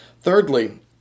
Thirdly